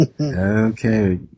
okay